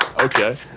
Okay